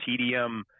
TDM